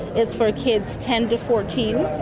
it's for kids ten to fourteen,